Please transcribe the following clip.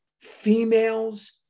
females